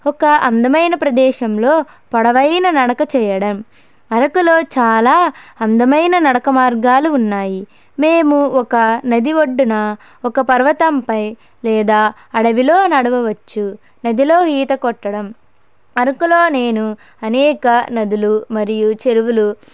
ఒక అందమైన ప్రదేశంలో పొడవైన నడక చేయడం అరకులో చాలా అందమైన నడక మార్గాలు ఉన్నాయి మేము ఒక నది ఒడ్డున ఒక పర్వతంపై లేదా అడవిలో నడవవచ్చు నదిలో ఈత కొట్టడం అరకులో నేను అనేక నదులు మరియు చెరువులు